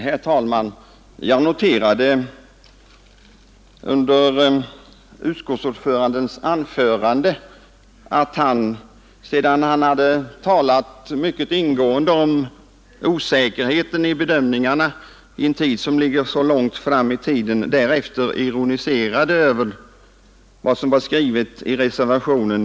Herr talman! Jag noterade under utskottsordförandens anförande att han, sedan han hade talat mycket ingående om osäkerheten i bedömningarna i en tid som ligger långt fram i tiden, ironiserade över vad som var skrivet i reservationen.